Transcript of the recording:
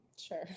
Sure